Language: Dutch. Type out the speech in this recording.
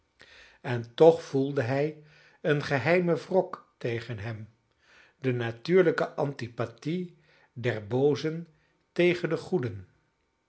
en toch voelde hij een geheimen wrok tegen hem de natuurlijke antipathie der boozen tegen de